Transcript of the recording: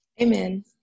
amen